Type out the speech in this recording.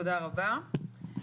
תודה רבה.